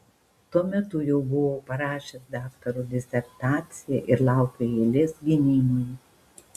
tuo metu jau buvau parašęs daktaro disertaciją ir laukiau eilės gynimui